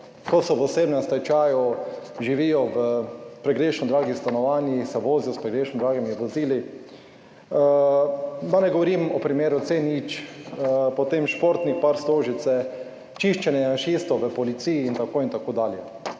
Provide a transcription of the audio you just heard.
Ko so v osebnem stečaju, živijo v pregrešno dragih stanovanjih, se vozijo s pregrešno dragimi vozili. Da ne govorim o primeru C0. Potem športnik park Stožice, čiščenje »janšistov« v policiji in tako dalje.